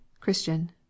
Christian